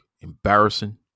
Embarrassing